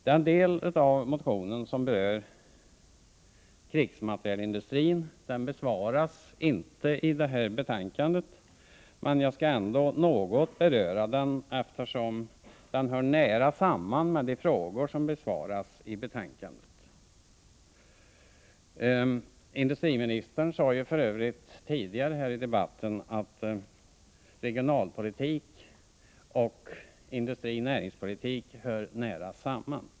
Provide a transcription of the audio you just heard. Den del av motionen som berör krigsmaterielindustrin bemöts inte, men jag skall ändå något beröra den, eftersom den hör nära samman med de frågor som besvaras i betänkandet. Industriministern sade för övrigt tidigare här i debatten att regionalpolitik och industrioch näringspolitik hör nära samman.